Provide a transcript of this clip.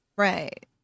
right